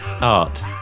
Art